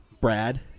Brad